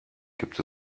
gibt